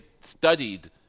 studied